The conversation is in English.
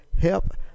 Help